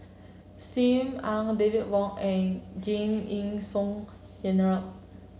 Sim Ann David Wong and Giam Yean Song Gerald